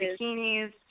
bikinis